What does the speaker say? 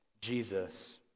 Jesus